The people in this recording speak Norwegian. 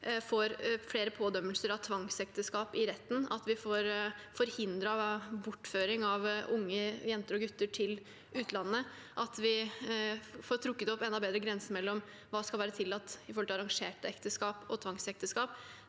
vi får flere pådømmelser av tvangsekteskap i retten, at vi får forhindret bortføring av unge jenter og gutter til utlandet, og at vi får trukket opp enda bedre grenser for hva som skal være tillatt når det gjelder arrangerte ekteskap og tvangsekteskap.